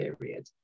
period